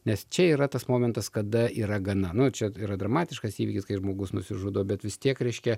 nes čia yra tas momentas kada yra gana nu čia yra dramatiškas įvykis kai žmogus nusižudo bet vis tiek reiškia